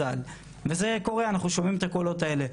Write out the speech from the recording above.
וזה קורה, אנחנו שומעים את הקולות האלה.